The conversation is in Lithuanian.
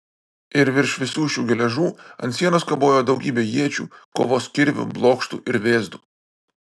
ir virš visų šių geležių ant sienos kabojo daugybė iečių kovos kirvių blokštų ir vėzdų